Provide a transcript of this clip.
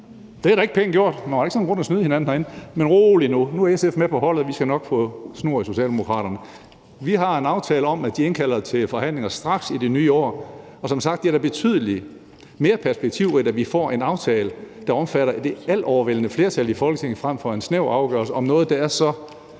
jer. Det er da ikke pænt gjort; man må ikke sådan gå rundt og snyde hinanden herinde. Men rolig nu, nu er SF med på holdet, og vi skal nok få snor i Socialdemokraterne. Vi har en aftale om, at de indkalder til forhandlinger straks i det nye år, og som sagt er det betydelig mere perspektivrigt, at vi får en aftale, der omfatter det altovervejende flertal i Folketinget frem for en snæver afgørelse om noget, der er så